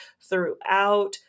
throughout